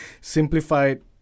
simplified